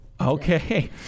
Okay